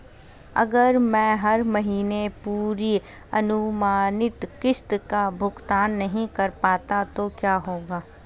अगर मैं हर महीने पूरी अनुमानित किश्त का भुगतान नहीं कर पाता तो क्या होगा?